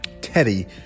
Teddy